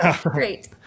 Great